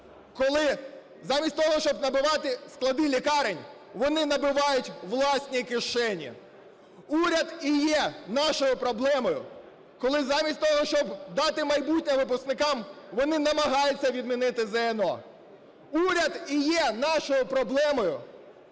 коли замість того, щоб набивати склади лікарень, вони набивають власні кишені. Уряд і є нашою проблемою, коли замість того, щоб дати майбутнє випускникам, вони намагаються відмінити ЗНО. Уряд і є нашою проблемою,